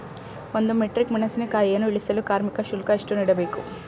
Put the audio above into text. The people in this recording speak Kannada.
ಒಂದು ಮೆಟ್ರಿಕ್ ಮೆಣಸಿನಕಾಯಿಯನ್ನು ಇಳಿಸಲು ಕಾರ್ಮಿಕ ಶುಲ್ಕ ಎಷ್ಟು ನೀಡಬೇಕು?